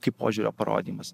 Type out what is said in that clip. kaip požiūrio parodymas